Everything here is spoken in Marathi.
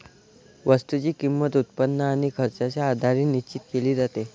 वस्तूची किंमत, उत्पन्न आणि खर्चाच्या आधारे निश्चित केली जाते